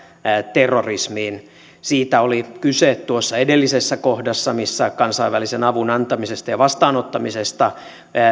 terrorismiin siitä oli kyse tuossa edellisessä kohdassa missä kansainvälisen avun antamisesta ja vastaanottamisesta